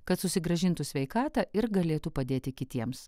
kad susigrąžintų sveikatą ir galėtų padėti kitiems